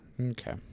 Okay